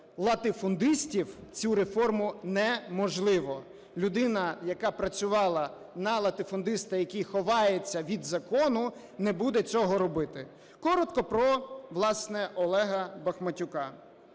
латифундистів цю реформу неможливо. Людина, яка працювала на латифундиста, який ховається від закону, не буде цього робити. Коротко про, власне, Олега Бахматюка.